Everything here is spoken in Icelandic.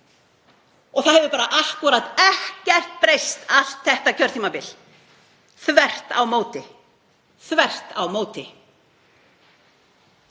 Og það hefur bara akkúrat ekkert breyst allt þetta kjörtímabil, þvert á móti. Hvernig